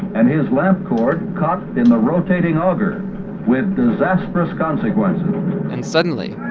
and his lamp cord caught in the rotating auger with disastrous consequences and suddenly.